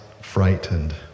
frightened